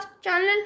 channel